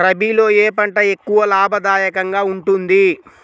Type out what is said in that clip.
రబీలో ఏ పంట ఎక్కువ లాభదాయకంగా ఉంటుంది?